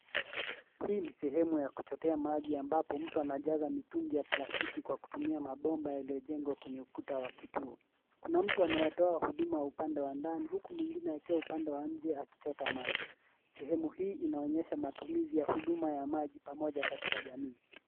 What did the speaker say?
Hii ni sehemu ya kuchotea maji ambapo mtu anajaza mitungi ya plastiki kwa kutumia mabomba yaliyojengwa kwenye ukuta wa kituo kuna mtu anayetoa huduma upande wa ndani huku mwingine akiwa upande wa nje akichota maji sehemu hii inaonyesha matumizi ya huduma ya maji pamoja katika jamii.